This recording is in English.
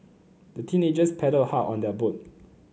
the teenagers paddled hard on their boat